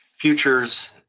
futures